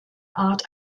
art